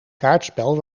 kaartspel